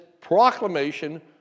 proclamation